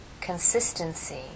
consistency